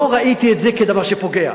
לא ראיתי את זה כדבר שפוגע.